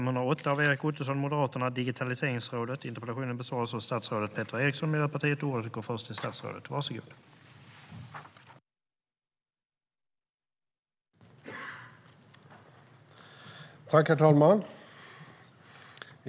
Herr talman!